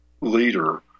leader